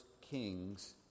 Kings